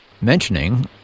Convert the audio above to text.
mentioning